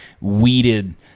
weeded